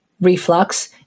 reflux